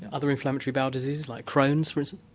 other inflammatory bowel diseases, like crohn's, for instance?